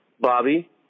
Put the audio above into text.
Bobby